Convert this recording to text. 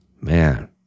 Man